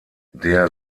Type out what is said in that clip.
der